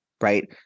right